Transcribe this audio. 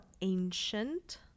ancient